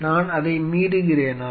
நான் அதை மீறுகிறேனா